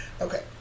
Okay